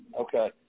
Okay